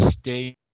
state